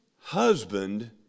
husband